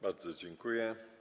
Bardzo dziękuję.